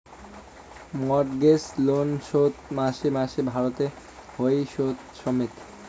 mortgage loan শোধ মাসে মাসে ভরতে হই শুধ সমেত